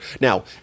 Now